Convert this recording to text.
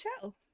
show